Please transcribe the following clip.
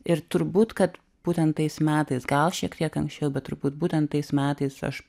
ir turbūt kad būtent tais metais gal šiek tiek anksčiau bet turbūt būtent tais metais aš